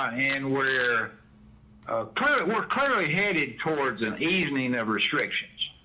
ah and we're current, we're currently headed towards an evening of restrictions.